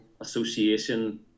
association